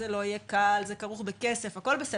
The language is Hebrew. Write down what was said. זה לא יהיה קל, זה כרוך בכסף, הכול בסדר.